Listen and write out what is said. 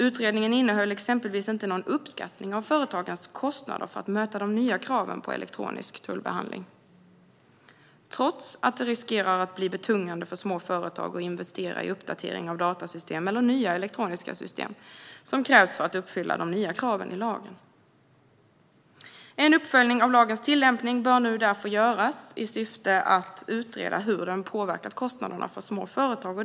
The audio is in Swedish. Utredningen innehöll till exempel inte någon uppskattning av företagens kostnader för att möta de nya kraven på elektronisk tullbehandling, trots att det riskerar att bli betungande för små företag att investera i uppdatering av datasystem eller nya elektroniska system, vilket krävs för att uppfylla de nya kraven i lagen. En uppföljning av lagens tillämpning bör därför göras, i syfte att utreda hur den har påverkat kostnaderna för små företag.